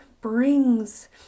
brings